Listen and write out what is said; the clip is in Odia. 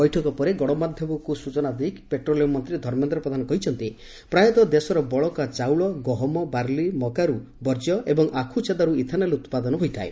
ବୈଠକ ପରେ ଗଣମାଧ୍ୟମକୁ ସୂଚନା ଦେଇ ପେଟ୍ରୋଲିୟମ୍ ମନ୍ତ୍ରୀ ଧର୍ମେନ୍ଦ୍ର ପ୍ରଧାନ କହିଛନ୍ତି ପ୍ରାୟତଃ ଦେଶର ବଳକା ଚାଉଳ ଗହମ ବାର୍ଲି ମକାରୁ ବର୍ଜ୍ୟ ଏବଂ ଆଖୁଛେଦାରୁ ଇଥାନଲ୍ ଉତ୍ପାଦନ ହୋଇଥାଏ